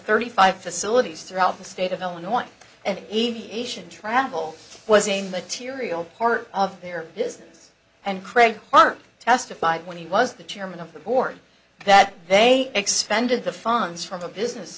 thirty five facilities throughout the state of illinois and aviation travel was a material part of their business and craig clarke testified when he was the chairman of the board that they expended the funds from a business